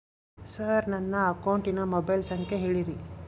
sir ನನ್ನ ಅಕೌಂಟಿನ mobile ಸಂಖ್ಯೆ ಹೇಳಿರಿ